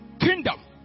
kingdom